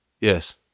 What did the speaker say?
Yes